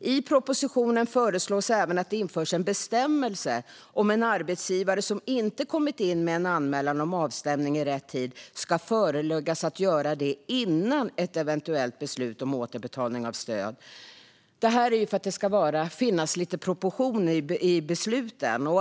I propositionen föreslås även att det införs en bestämmelse om att en arbetsgivare som inte kommit in med en anmälan om avstämning i rätt tid ska föreläggas att göra det innan ett eventuellt beslut om återbetalning av stöd. Det är för att det ska finnas lite proportioner i besluten.